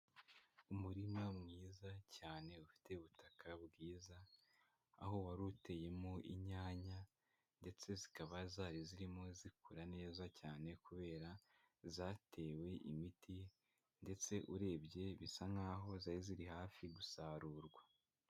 Umurima mwiza cyane ufite ubutaka bwiza, aho wari uteyemo inyanya ndetse zikaba zari zirimo zikura neza cyane kubera zatewe imiti ndetse urebye bisa nkaho zari ziri hafi gusarurwa.